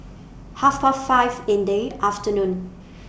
Half Past five in The afternoon